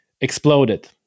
exploded